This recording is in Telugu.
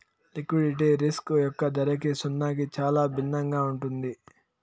లిక్విడిటీ రిస్క్ యొక్క ధరకి సున్నాకి చాలా భిన్నంగా ఉంటుంది